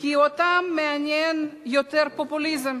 כי אותם מעניין פופוליזם,